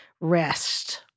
Rest